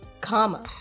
Comma